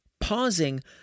Pausing